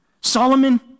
Solomon